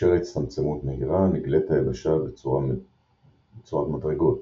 כאשר ההצטמצמות מהירה נגלית היבשה בצורת מדרגות,